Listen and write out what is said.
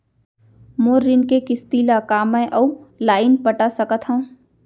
मोर ऋण के किसती ला का मैं अऊ लाइन पटा सकत हव?